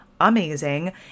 Amazing